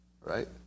right